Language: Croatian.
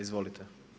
Izvolite.